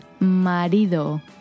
Marido